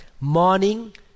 morning